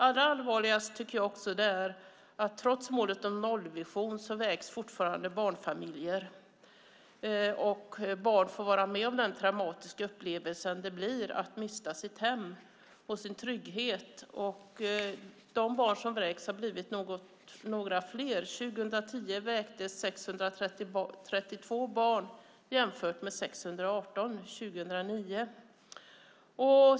Allra allvarligast tycker jag att det är att barnfamiljer, trots målet om en nollvision, fortfarande vräks och att barn får vara med om den traumatiska upplevelse det blir att mista sitt hem och sin trygghet. De barn som vräks har blivit några fler. År 2010 vräktes 632 barn jämfört med 618 år 2009.